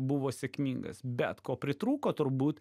buvo sėkmingas bet ko pritrūko turbūt